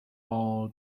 all